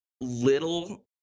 little